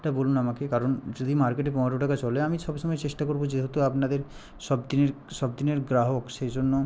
এটা বলুন আমাকে কারণ যদি মার্কেটে পনেরো টাকা চলে আমি সবসময় চেষ্টা করবো যেহেতু আপনাদের সবদিনের সবদিনের গ্রাহক সেই জন্য